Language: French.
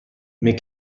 mais